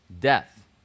Death